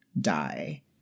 die